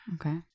Okay